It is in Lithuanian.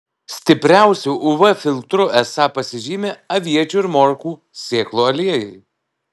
stipriausiu uv filtru esą pasižymi aviečių ir morkų sėklų aliejai